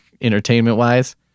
entertainment-wise